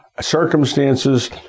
circumstances